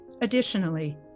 Additionally